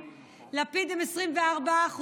לפיד עם 24%,